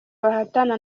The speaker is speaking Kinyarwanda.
bahatana